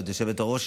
והיושבת-ראש